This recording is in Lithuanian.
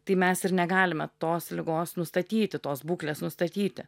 tai mes ir negalime tos ligos nustatyti tos būklės nustatyti